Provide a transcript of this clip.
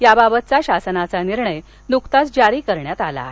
याबाबतचा शासन निर्णय नुकताच जारी करण्यात आला आहे